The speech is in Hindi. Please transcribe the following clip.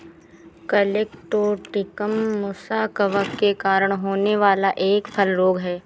कलेक्टोट्रिकम मुसा कवक के कारण होने वाला एक फल रोग है